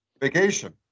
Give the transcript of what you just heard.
Vacation